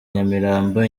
nyamirambo